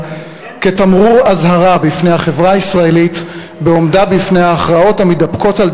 כתמרור אזהרה בפני החברה הישראלית בעומדה בפני ההכרעות המידפקות על